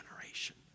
generation